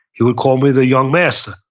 he would call me the young master.